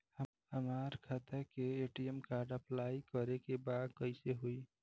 हमार खाता के ए.टी.एम कार्ड अप्लाई करे के बा कैसे होई?